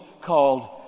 called